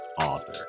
author